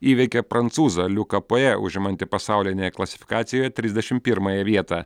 įveikė prancūzą liuką pajė užimantį pasaulinėje klasifikacijo trisdešim pirmąją vietą